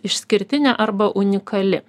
išskirtinė arba unikali